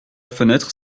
fenêtre